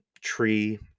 tree